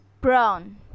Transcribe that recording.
brown